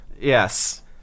Yes